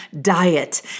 diet